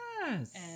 Yes